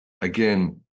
again